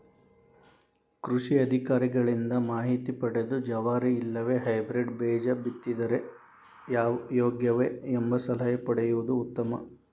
ಕೃಷಿ ಅಧಿಕಾರಿಗಳಿಂದ ಮಾಹಿತಿ ಪದೆದು ಜವಾರಿ ಇಲ್ಲವೆ ಹೈಬ್ರೇಡ್ ಬೇಜ ಬಿತ್ತಿದರೆ ಯೋಗ್ಯವೆ? ಎಂಬ ಸಲಹೆ ಪಡೆಯುವುದು ಉತ್ತಮ